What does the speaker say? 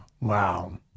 Wow